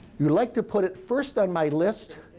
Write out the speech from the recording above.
you'd like to put it first on my list.